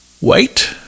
wait